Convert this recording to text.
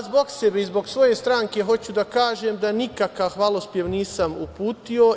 Zbog sebe i zbog svoje stranke hoću da kažem da nikakav hvalospev nisam uputio.